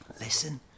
Listen